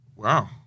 Wow